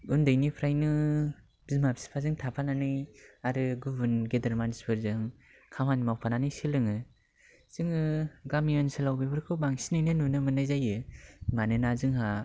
उन्दैनिफ्रायनो बिमा बिफाजों थाफानानै आरो गुबुन गेदेर मानसिफोरजों खामानि मावफानानै सोलोङो जोङो गामि ओनसोलाव बेफोरखौ बांसिनैनो नुनो मोननाय जायो मानोना जोंहा